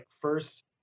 first